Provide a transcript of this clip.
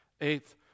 Eighth